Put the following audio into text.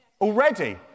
Already